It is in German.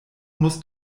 musst